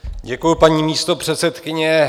Děkuju, paní místopředsedkyně.